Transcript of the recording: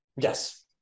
Yes